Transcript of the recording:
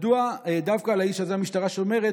מדוע דווקא על האיש הזה המשטרה שומרת,